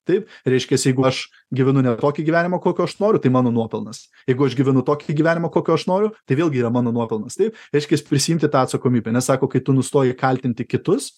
taip reiškias jeigu aš gyvenu ne tokį gyvenimą kokio aš noriu tai mano nuopelnas jeigu aš gyvenu tokį gyvenimą kokio aš noriu tai vėlgi yra mano nuopelnas taip reiškias prisiimti tą atsakomybę nes sako kai tu nustoji kaltinti kitus